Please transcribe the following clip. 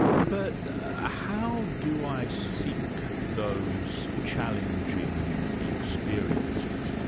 but ah how do i seek those challenging experiences?